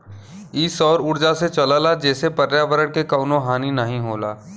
इ सौर उर्जा से चलला जेसे पर्यावरण के कउनो हानि नाही होला